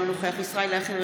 אינו נוכח ישראל אייכלר,